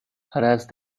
harassed